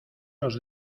los